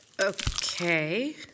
Okay